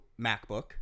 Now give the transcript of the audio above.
MacBook